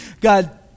God